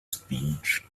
speech